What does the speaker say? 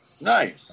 Nice